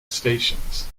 stations